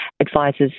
advises